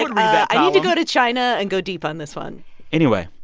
i need to go to china and go deep on this one anyway,